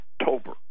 October